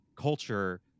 culture